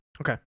Okay